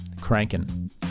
cranking